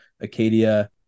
Acadia